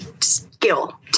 skill